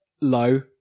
low